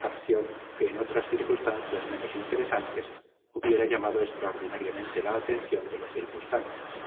acción que en otras circunstancias menos interesantes hubiera llamado extraordinariamente la atención de los circunstantes